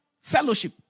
fellowship